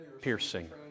piercing